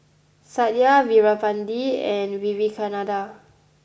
Satya Veerapandiya and Vivekananda